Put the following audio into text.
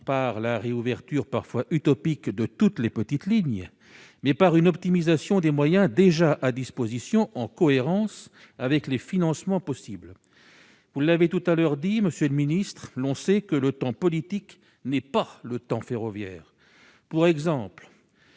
par la réouverture parfois utopique de toutes les petites lignes, mais par une optimisation des moyens déjà à disposition en cohérence avec les financements possibles, vous l'avez tout à l'heure, dit Monsieur le Ministre, l'on sait que le temps politique n'est pas le temps, ferroviaire,